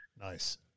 Nice